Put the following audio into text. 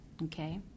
Okay